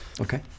Okay